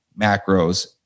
macros